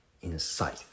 inside